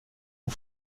aux